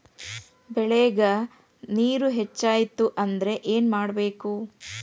ಬೆಳೇಗ್ ನೇರ ಹೆಚ್ಚಾಯ್ತು ಅಂದ್ರೆ ಏನು ಮಾಡಬೇಕು?